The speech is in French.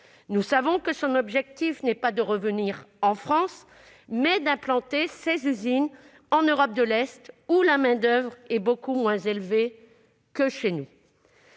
nous savons que son objectif est non pas de revenir en France, mais d'implanter ses usines en Europe de l'Est, où le coût de la main-d'oeuvre est beaucoup moins élevé que chez nous.